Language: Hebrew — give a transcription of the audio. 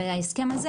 על הסכם הזה